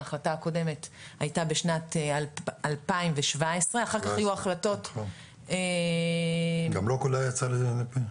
ההחלטה הקודמת הייתה בשנת 2017. גם לא כולה יצאה לפועל.